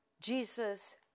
jesus